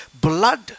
blood